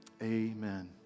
Amen